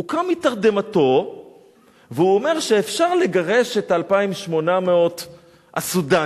הוא קם מתרדמתו והוא אומר שאפשר לגרש את 2,800 הסודנים.